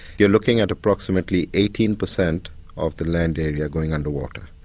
you're looking at approximately eighteen per cent of the land area going under water.